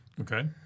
Okay